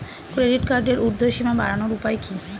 Credit কার্ডের উর্ধ্বসীমা বাড়ানোর উপায় কি?